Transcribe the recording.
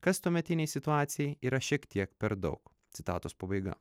kas tuometinei situacijai yra šiek tiek per daug citatos pabaiga